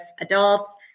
adults